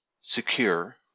secure